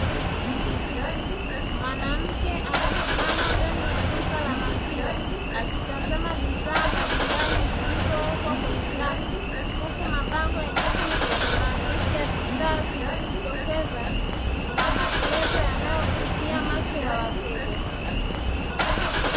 Mwanamke amesimama ndani ya duka la maziwa akitazama bidhaa mbalimbali zilizowekwa kwenye rafu, huku mabango yenye picha na maandishi ya bidhaa zikijitokeza na maelezo yanayovutia macho ya wateja.